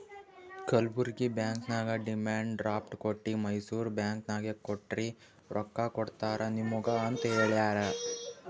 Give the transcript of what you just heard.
Kalburgi bank ನಾಗ್ demand draft ಕೊಟ್ಟಿ Mysore bank ನಾಗ್ ಕೊಡ್ರಿ ರೊಕ್ಕಾ ಕೊಡ್ತಾರ ನಿಮುಗ ಅಂತ್ ಹೇಳ್ಯಾರ್